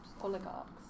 Oligarchs